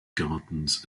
gardens